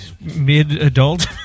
mid-adult